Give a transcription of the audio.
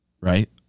right